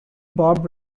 bob